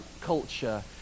culture